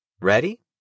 Ready